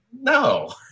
No